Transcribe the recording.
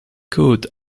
could